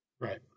Right